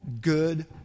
Good